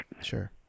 Sure